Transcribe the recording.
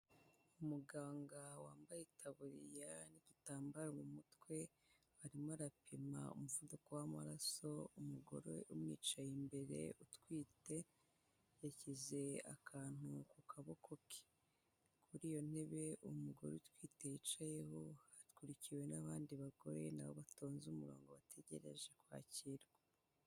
Umuganga wambaye itaburiya n'igitambaro mu mutwe, arimo arapima umuvuduko w'amaraso umugore umwicaye imbere utwite, yashyize akantu ku kaboko ke, muri iyo ntebe umugore utwite yicayeho akurikiwe n'abandi bagore, nabo batonze umurongo bategereje kwakirwa.